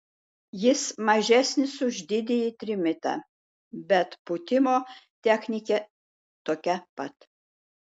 jis mažesnis už didįjį trimitą bet pūtimo technika tokia pat